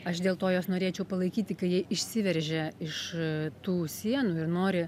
aš dėl to juos norėčiau palaikyti kai jie išsiveržia iš tų sienų ir nori